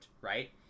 right